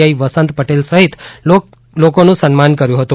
આઈ વસંત પટેલ સહિતના લોકનું સન્માન કર્યું હતું